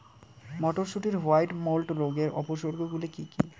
মটরশুটির white mould রোগের উপসর্গগুলি কী কী?